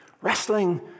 wrestling